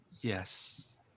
Yes